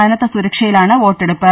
കനത്ത സുരക്ഷയിലാണ് വോട്ടെടുപ്പ്